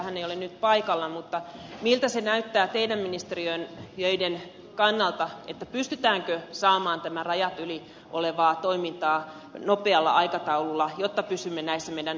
ministeri ei ole nyt paikalla mutta miltä se näyttää teidän ministeriöidenne kannalta pystytäänkö saamaan tätä rajat yli olevaa toimintaa nopealla aikataululla jotta pysymme näissä meidän tavoitteissamme